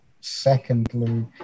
secondly